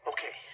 Okay